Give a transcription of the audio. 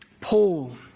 Paul